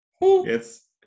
Yes